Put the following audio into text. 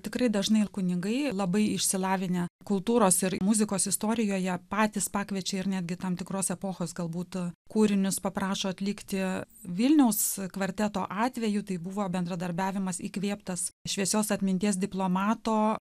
tikrai dažnai ir kunigai labai išsilavinę kultūros ir muzikos istorijoje patys pakviečiau ir netgi tam tikros epochos gal būtų kūrinius paprašo atlikti vilniaus kvarteto atveju tai buvo bendradarbiavimas įkvėptas šviesios atminties diplomato